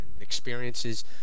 experiences